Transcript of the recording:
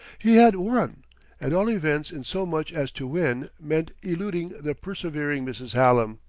he had won at all events in so much as to win meant eluding the persevering mrs. hallam.